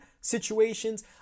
situations